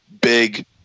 big